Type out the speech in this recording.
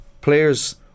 players